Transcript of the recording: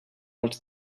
els